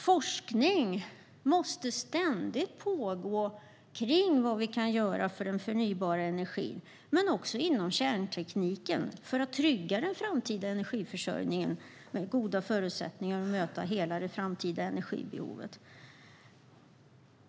Forskning måste ständigt pågå om vad vi kan göra för att producera förnybar energi, men också inom kärntekniken för att trygga den framtida energiförsörjningen, så att den får goda förutsättningar att möta hela det framtida energibehovet.